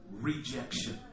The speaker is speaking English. rejection